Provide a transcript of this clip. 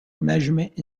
measurement